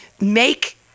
make